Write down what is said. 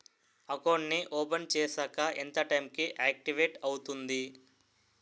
Account నీ open చేశాక ఎంత టైం కి ఆక్టివేట్ అవుతుంది?